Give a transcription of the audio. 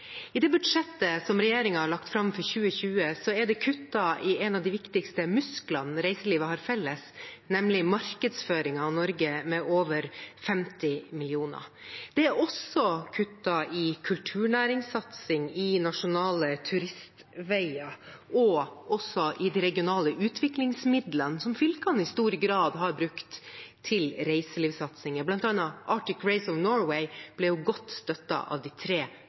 I det budsjettet som regjeringen har lagt fram for 2020, er det kuttet i en av de viktigste musklene reiselivet har felles, nemlig markedsføringen av Norge, med over 50 mill. kr. Det er også kuttet i kulturnæringssatsing på Nasjonale turistveger og i de regionale utviklingsmidlene som fylkene i stor grad har brukt til reiselivssatsing, bl.a. ble Arctic Race of Norway godt støttet av de tre